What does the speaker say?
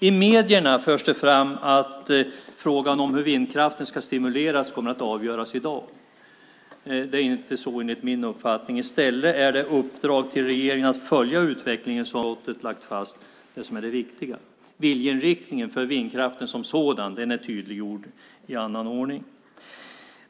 I medierna förs det fram att frågan om hur vindkraften ska stimuleras kommer att avgöras i dag. Det är inte så enligt min uppfattning. I stället är det uppdrag till regeringen att följa utvecklingen, som bland annat skatteutskottet lagt fast, det som är det viktiga. Viljeinriktningen för vindkraften som sådan är tydliggjord i annan ordning.